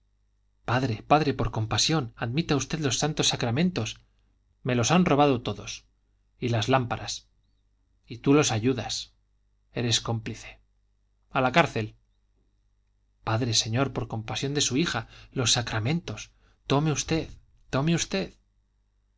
padre padre por compasión admita usted los santos sacramentos me los han robado todos y las lámparas y tú los ayudas eres cómplice a la cárcel padre señor por compasión de su hija los sacramentos tome usted tome usted